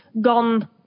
gone